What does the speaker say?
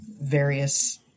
various